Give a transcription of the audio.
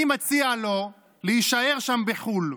אני מציע לו להישאר שם בחו"ל,